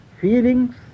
feelings